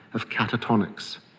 of catatonics,